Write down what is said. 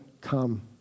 come